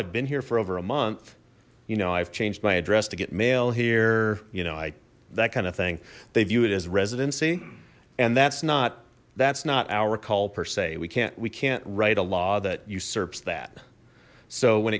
i've been here for over a month you know i've changed my address to get mail here you know i that kind of thing they view it as residency and that's not that's not our call per se we can't we can't write a law that usurps that so when